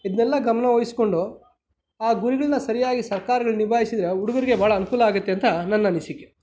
ಇದನ್ನೆಲ್ಲ ಗಮನ ವಹಿಸ್ಕೊಂಡು ಆ ಗುರಿಗಳನ್ನ ಸರಿಯಾಗಿ ಸರ್ಕಾರ ನಿಭಾಯಿಸಿದರೆ ಹುಡುಗರಿಗೆ ಭಾಳ ಅನುಕೂಲ ಆಗುತ್ತೆ ಅಂತ ನನ್ನ ಅನಿಸಿಕೆ